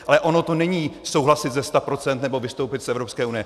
Ale ono to není souhlasit ze sta procent, nebo vystoupit z Evropské unie.